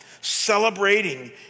celebrating